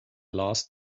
last